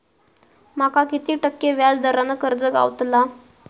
माका किती टक्के व्याज दरान कर्ज गावतला?